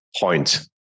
point